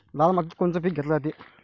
लाल मातीत कोनचं पीक घेतलं जाते?